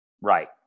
Right